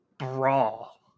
Brawl